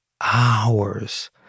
hours